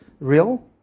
real